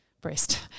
Breast